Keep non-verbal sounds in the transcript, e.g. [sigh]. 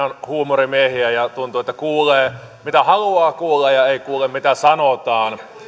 [unintelligible] on huumorimiehiä ja tuntuu että kuulee mitä haluaa kuulla ja ei kuule mitä sanotaan